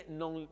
non